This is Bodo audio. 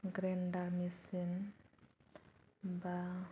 ग्रेन्डार मेचिन माबा